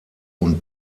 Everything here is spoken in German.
und